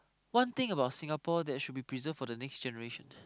one thing about Singapore that should be preserve for the next generation